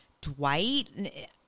Dwight